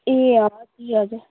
ए हजुर हजुर